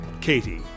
Katie